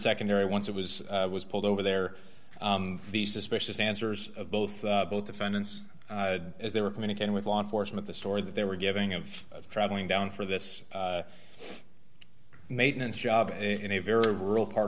secondary once it was was pulled over there the suspicious answers of both both defendants as they were communicating with law enforcement the story that they were giving of traveling down for this maintenance job in a very rural part